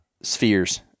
spheres